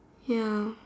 ya